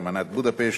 אמנת בודפשט,